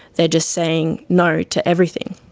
they're just saying no to everything.